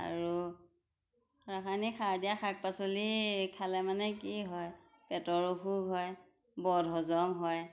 আৰু ৰাসায়নিক সাৰ দিয়া শাক পাচলি খালে মানে কি হয় পেটৰ অসুখ হয় বদ হজম হয়